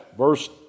Verse